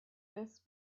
this